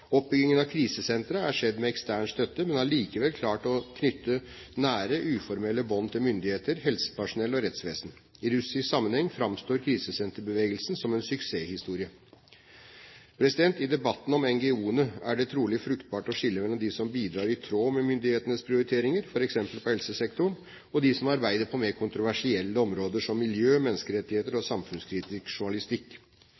av krisesentre er skjedd med ekstern støtte, men har likevel klart å knytte nære, uformelle bånd til myndigheter, helsepersonell og rettsvesen. I russisk sammenheng framstår krisesenterbevegelsen som en suksesshistorie. I debatten om NGO-ene er det trolig fruktbart å skille mellom dem som bidrar i tråd med myndighetens prioriteringer, f.eks. på helsesektoren, og de som arbeider på mer kontroversielle områder, som miljø, menneskerettigheter